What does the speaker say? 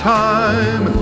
time